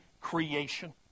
creation